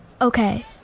Okay